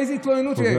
איזו התלוננות יש?